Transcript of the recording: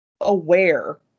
aware